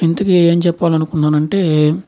ఇంతకీ ఏం చెప్పాలనుకున్నాను అంటే